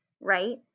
right